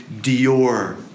Dior